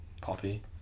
poppy